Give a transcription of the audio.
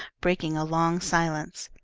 breaking a long silence.